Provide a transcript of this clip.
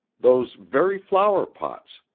those very flower-pots,